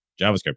JavaScript